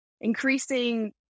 increasing